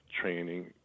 training